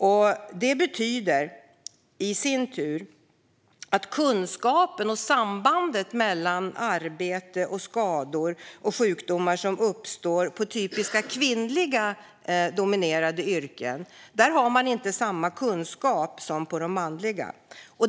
Man har inte samma kunskap om sambandet mellan arbetet och de skador och sjukdomar som uppstår i kvinnodominerade yrken som man har när det gäller mansdominerade yrken.